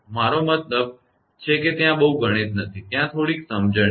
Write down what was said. મારો મતલબ છે કે ત્યાં બહુ ગણિત નથી ત્યાં થોડીક સમજણ હોય છે